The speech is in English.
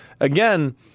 again